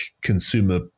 consumer